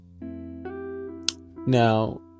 Now